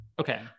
okay